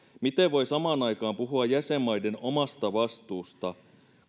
miten voi samaan aikaan puhua jäsenmaiden omasta vastuusta